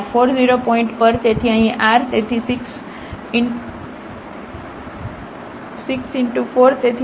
અને આ 4 0 પોઇન્ટ પર તેથી અહીં r તેથી 6 4 તેથી 24 12